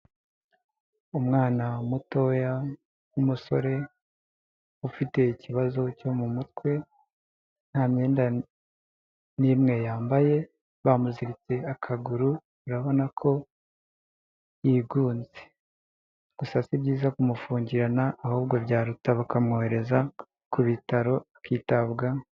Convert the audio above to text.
Umwana mutoya w'umusore, ufite ikibazo cyo mu mutwe, nta myenda n'imwe yambaye, bamuziritse akaguru urabona ko yigunze. Gusa si byiza kumufungirana ahubwo byaruta bakamwohereza ku bitaro akitabwaho.